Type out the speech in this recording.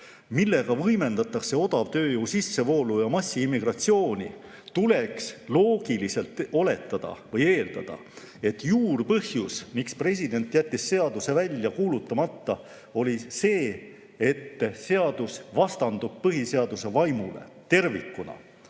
millega võimendatakse odavtööjõu sissevoolu ja massiimmigratsiooni, tuleks loogiliselt oletada või eeldada, et juurpõhjus, miks president jättis seaduse välja kuulutamata, oli see, et seadus vastandub põhiseaduse vaimule tervikuna